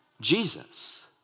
Jesus